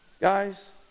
Guys